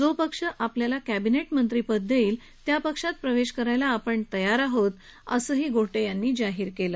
जो पक्ष आपल्याला कॅबिनेट मंत्रिपद देईल त्या पक्षात प्रवेश करायला आपण तयार असल्याचंही अनिल गोटे यांनी जाहीर केलं